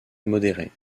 modéré